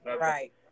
right